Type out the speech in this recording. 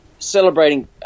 celebrating